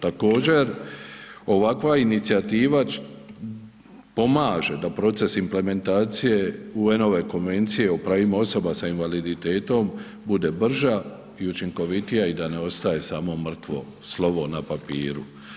Također ovakva inicijativa pomaže da proces implementacije UN Konvencije o pravima osoba sa invaliditetom bude brže i učinkovitija i da ne ostaje samo mrtvo slovo na papiru.